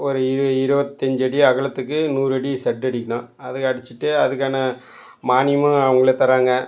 ஒரு இரு இருபத்தஞ்சு அடி அகலத்துக்கு நூறு அடி செட்டு அடிக்கணும் அதை அடிச்சுட்டு அதுக்கான மானியமும் அவங்களே தர்றாங்க